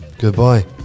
Goodbye